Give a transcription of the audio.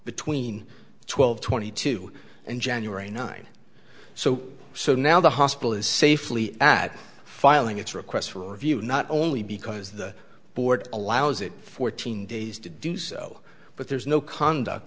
between twelve twenty two and january nine so so now the hospital is safely at filing its request for review not only because the board allows it fourteen days to do so but there is no conduct